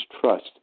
trust